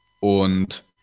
Und